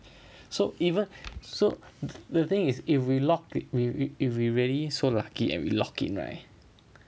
so even so the thing is if we locked it if if we really so lucky and we locked in right